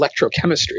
electrochemistry